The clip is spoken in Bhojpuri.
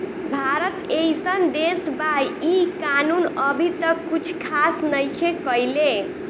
भारत एइसन देश बा इ कानून अभी तक कुछ खास नईखे कईले